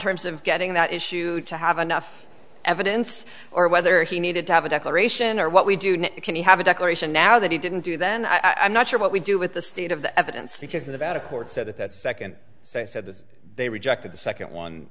terms of getting that issue to have enough evidence or whether he needed to have a declaration or what we do know can he have a declaration now that he didn't do then i am not sure what we do with the state of the evidence because the bad a court said that that second said that they rejected the second one